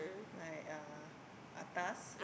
like uh atas